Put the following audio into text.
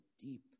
deep